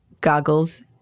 goggles